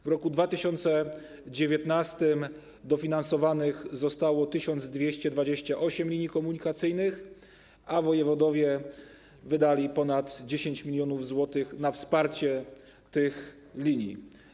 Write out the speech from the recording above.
W roku 2019 dofinansowanych zostało 1228 linii komunikacyjnych, a wojewodowie wydali ponad 10 mln zł na wsparcie tych linii.